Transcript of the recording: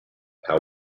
how